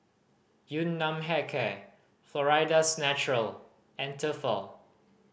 Yun Nam Hair Care Florida's Natural and Tefal